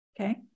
okay